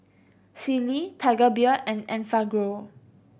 Sealy Tiger Beer and Enfagrow